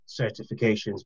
certifications